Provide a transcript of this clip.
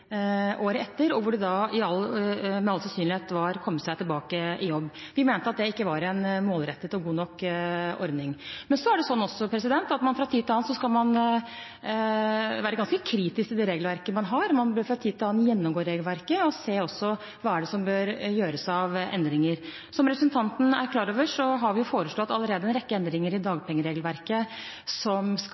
de etter all sannsynlighet var kommet seg tilbake i jobb. Vi mente at det ikke var en målrettet og god nok ordning. Det er også sånn at man fra tid til annen skal være ganske kritiske til det regelverket man har – man bør fra tid til annen gjennomgå regelverket og se på hva som bør gjøres av endringer. Som representanten er klar over, har vi allerede foreslått en rekke endringer i dagpengeregelverket som skal